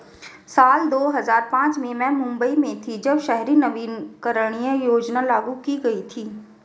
साल दो हज़ार पांच में मैं मुम्बई में थी, जब शहरी नवीकरणीय योजना लागू की गई थी